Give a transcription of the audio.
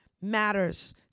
matters